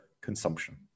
consumption